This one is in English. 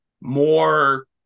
more